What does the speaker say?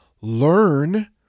learn